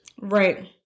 right